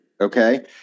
okay